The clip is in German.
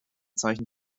zeichen